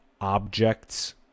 objects